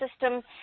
system